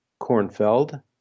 Cornfeld